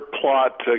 plot